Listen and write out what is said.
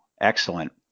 excellent